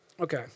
Okay